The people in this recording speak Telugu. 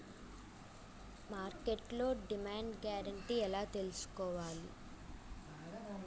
మార్కెట్లో డిమాండ్ గ్యారంటీ ఎలా తెల్సుకోవాలి?